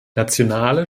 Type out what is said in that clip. nationale